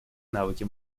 навыки